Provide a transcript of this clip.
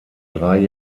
drei